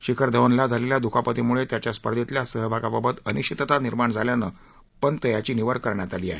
शिखर धवनला झालेल्या दुखापतीमुळे त्याच्या स्पर्धेतल्या सहभागाबाबत अनिश्वितता निर्माण झाल्यानं पंत याची निवड करण्यात आली आहे